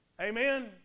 Amen